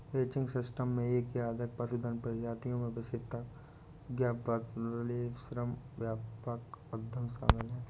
ranching system में एक या अधिक पशुधन प्रजातियों में विशेषज्ञता वाले श्रम व्यापक उद्यम शामिल हैं